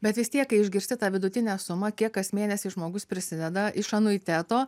bet vis tiek kai išgirsti tą vidutinę sumą kiek kas mėnesį žmogus prisideda iš anuiteto